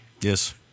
Yes